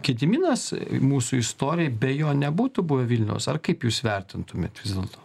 gediminas mūsų istorijai be jo nebūtų buvę vilniaus ar kaip jūs vertintumėt vis dėlto